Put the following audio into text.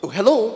Hello